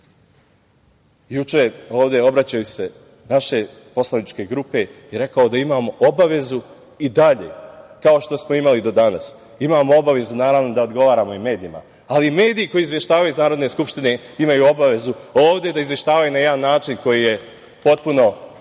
juče ovde obraćajući se, naše poslaničke grupe, da imamo obavezu i dalje kao što smo imali do danas, da odgovaramo i medijima, ali i mediji koji izveštavaju iz Narodne skupštine imaju obavezu ovde da izveštaju na jedan način koji je potpuno